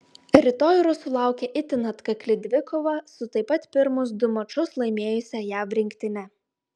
rytoj rusų laukia itin atkakli dvikova su taip pat pirmus du mačus laimėjusia jav rinktine